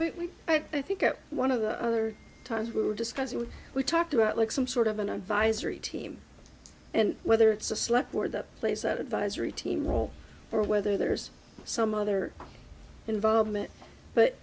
we i think at one of the other times we were discussing what we talked about like some sort of an advisory team and whether it's a slip or the place that advisory team role or whether there's some other involvement but